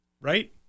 Right